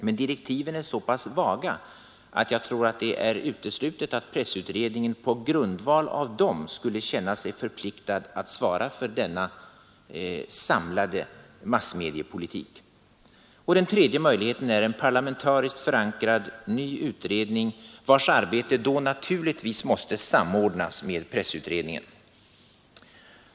Men direktiven är så pass vaga att jag tror att det är uteslutet att pressutredningen på grundval av dem skulle känna sig förpliktad att söka utforma denna samlade massmediapolitik. Den tredje möjligheten är en parlamentariskt förankrad ny utredning, vars arbete då naturligtvis måste samordnas med pressutredningen.